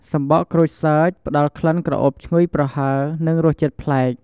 សំបកក្រូចសើច ផ្តល់ក្លិនក្រអូបឈ្ងុយប្រហើរ និងរសជាតិប្លែក។